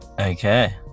Okay